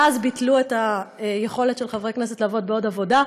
מאז ביטלו את היכולת של חברי הכנסת לעבוד בעוד עבודה,